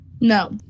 No